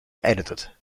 edited